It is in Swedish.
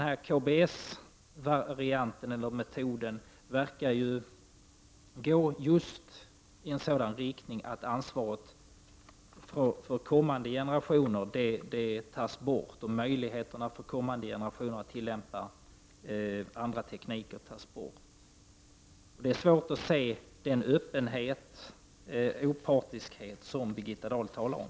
KBS-metoden verkar gå just i en sådan riktning att ansvaret för kommande generationer tas bort och likaså möjligheten för kommande generationer att tillämpa andra tekniker. Det är svårt att se den öppenhet och opartiskhet som Birgitta Dahl talar om.